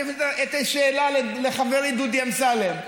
אני מפנה את השאלה לחברי דודי אמסלם,